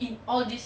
in all these